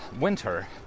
winter